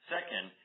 Second